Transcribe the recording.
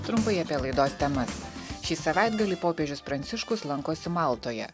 trumpai apie laidos temas šį savaitgalį popiežius pranciškus lankosi maltoje